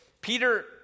Peter